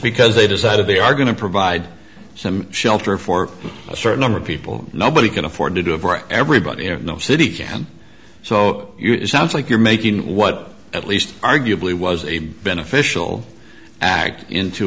because they decided they are going to provide some shelter for a certain number of people nobody can afford to do it for everybody in the city so sounds like you're making what at least arguably was a beneficial act into